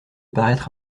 paraître